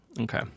Okay